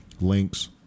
links